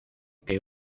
que